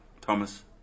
Thomas